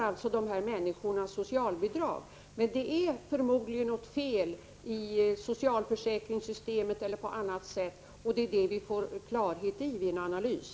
7 Nu får dessa människor socialbidrag. Men det är förmodligen något fel i socialförsäkringssystemet eller på något annat. Detta får vi klarhet i vid en analys.